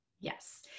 Yes